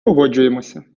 погоджуємося